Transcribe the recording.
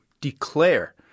declare